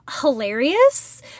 hilarious